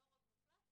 לא רוב מוחלט,